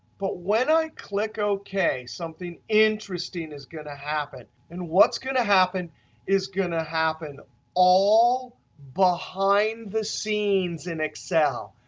but when i click ok something interesting is going to happen. and what's going to happen is going to happen all behind the scenes in excel.